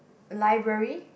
library